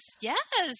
Yes